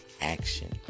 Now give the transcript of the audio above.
action